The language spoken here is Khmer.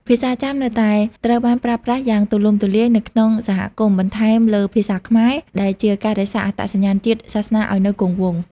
ភាសាចាមនៅតែត្រូវបានប្រើប្រាស់យ៉ាងទូលំទូលាយនៅក្នុងសហគមន៍ បន្ថែមលើភាសាខ្មែរ ដែលជាការរក្សាអត្តសញ្ញាណជាតិសាសន៍ឱ្យនៅគង់វង្ស។